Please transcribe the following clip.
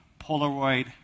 Polaroid